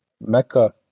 Mecca